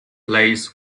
place